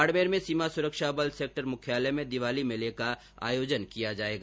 बाडमेर में सीमा सुरक्षा बल सैक्टर मुख्यालय में दिवाली मेर्ल का आयोजन किया जायेगा